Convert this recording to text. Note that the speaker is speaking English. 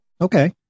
okay